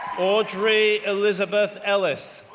audrey elizabeth ellis,